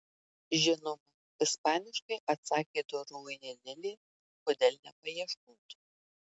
žinoma ispaniškai atsakė doroji lilė kodėl nepaieškot